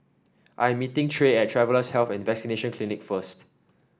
I'm meeting Trae at Travellers' Health and Vaccination Clinic first